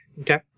Okay